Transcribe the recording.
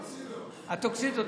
הטוקסידו,